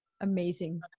amazing